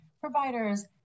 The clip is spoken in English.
providers